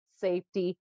safety